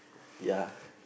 ya